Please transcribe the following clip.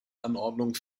anordnung